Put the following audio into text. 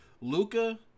Luca